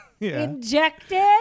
injected